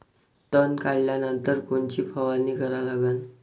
तन काढल्यानंतर कोनची फवारणी करा लागन?